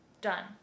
done